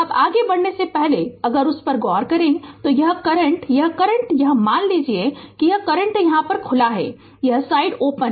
अब आगे बढ़ने से पहले अगर उस पर गौर करें तो यह करंट यह करंट यह मान लीजिए कि यह करंट यहाँ खुला है यह साइड ओपन है